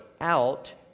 out